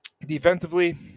Defensively